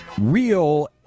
real